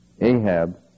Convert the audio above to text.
Ahab